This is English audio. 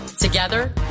Together